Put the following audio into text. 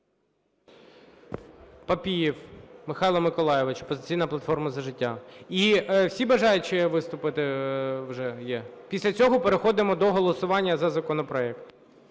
Папієв Михайло Миколайович, "Опозиційна платформа – За життя". І всі бажаючі виступити вже є? Після цього переходимо до голосування за законопроект.